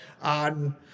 on